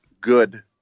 good